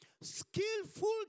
skillful